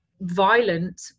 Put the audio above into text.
violent